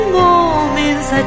moments